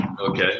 Okay